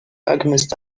alchemist